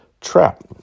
trap